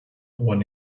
when